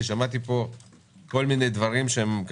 כי שמעתי פה כל מיני דברים.